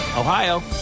Ohio